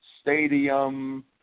stadium